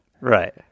Right